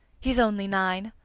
he's only nine.